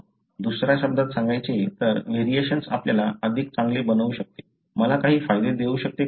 दुसऱ्या शब्दांत सांगायचे तर व्हेरिएशन्स आपल्याला अधिक चांगले बनवू शकते मला काही फायदा देऊ शकते का